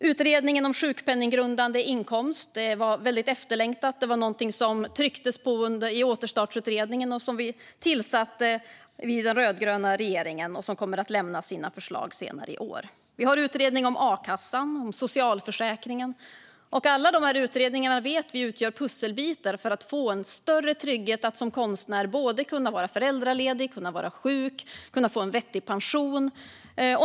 Utredningen om sjukpenninggrundande inkomst var väldigt efterlängtad - det var något som det trycktes på i Återstartsutredningen. Vi i den rödgröna regeringen tillsatte den, och den kommer att lämna sina förslag senare i år. Vi har utredningar om a-kassan och om socialförsäkringen. Vi vet att alla dessa utredningar utgör pusselbitar när det gäller att man som konstnär ska få en större trygghet i att man kan vara föräldraledig, kan vara sjuk och kan få en vettig pension.